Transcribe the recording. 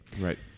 Right